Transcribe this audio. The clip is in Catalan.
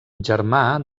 germà